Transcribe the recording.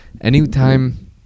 Anytime